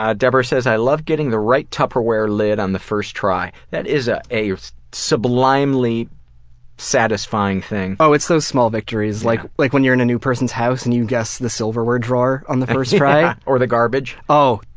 ah debra says i love getting the right tupperware lid on the first try. that is ah a sublimely satisfying thing. oh, it's those small victories. like like when you're in a new person's house and you guess the silverware drawer on the first try. or the garbage. oh,